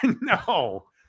no